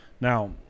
Now